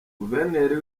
guverineri